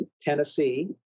Tennessee